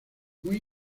muy